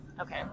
Okay